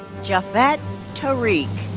jafiet tareke.